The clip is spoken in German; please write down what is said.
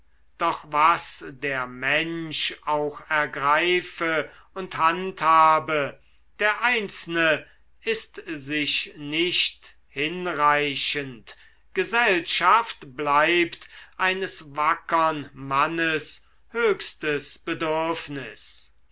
doch was der mensch auch ergreife und handhabe der einzelne ist sich nicht hinreichend gesellschaft bleibt eines wackern mannes höchstes bedürfnis